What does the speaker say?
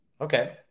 Okay